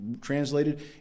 translated